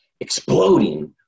exploding